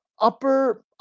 upper